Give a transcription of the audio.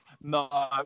No